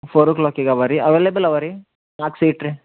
four o ಕ್ಲಾಕಿಗೆ ಅವೆ ರೀ ಅವೆಲೆಬಲ್ ಅವೆ ರೀ ನಾಲ್ಕು ಸೀಟ್ ರಿ